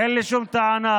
אין לי שום טענה,